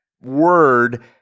Word